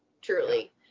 truly